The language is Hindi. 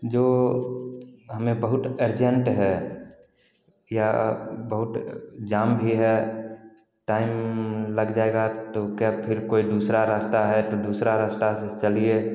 जो हमे बहुट अर्जेंट है या बहुत जाम भी है टाइम लग जाएगा तो क्या फिर कोई दूसरा रास्ता है तो दूसरा रास्ता से चलिए